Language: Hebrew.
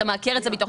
אתה מעקר את זה מתוכן.